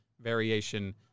variation